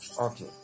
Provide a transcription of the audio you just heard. Okay